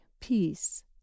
peace